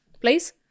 please